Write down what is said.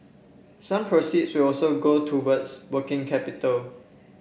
some proceeds will also go towards working capital